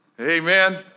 Amen